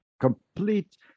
complete